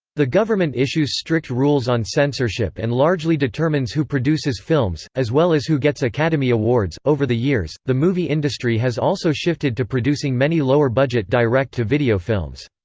the government issues strict rules on censorship and largely determines who produces films, as well as who gets academy awards over the years, the movie industry has also shifted to producing many lower budget direct-to-video films.